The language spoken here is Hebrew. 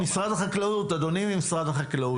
אדוני ממשרד החקלאות,